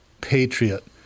Patriot